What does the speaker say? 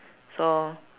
so